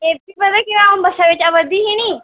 एह् बी पता केह् होआ अ'ऊं बस्सा बिच्च आवै दी ही निं